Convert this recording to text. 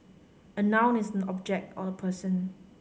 a noun is an object or a person